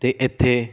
ਅਤੇ ਇੱਥੇ